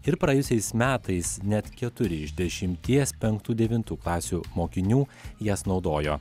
ir praėjusiais metais net keturi iš dešimties penktų devintų klasių mokinių jas naudojo